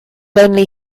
only